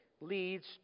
leads